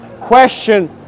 question